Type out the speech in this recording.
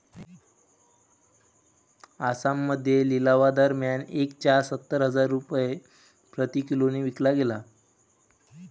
आसाममध्ये लिलावादरम्यान एक चहा सत्तर हजार रुपये प्रति किलोने विकला गेला